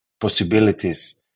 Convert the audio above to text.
possibilities